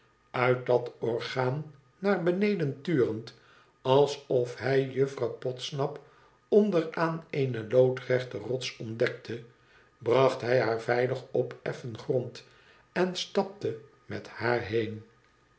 uit dat orgaan naar beneden turend alsof hij juffrouw podsnap onder aan eene loodrechte rots ontdekte bracht hij haar veilig op effen grond en stapte met haar heen